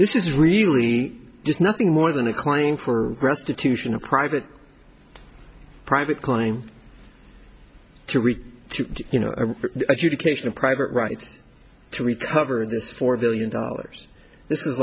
this is really just nothing more than a client for restitution a private private climb to read to you know education a private rights to recover this four billion dollars this is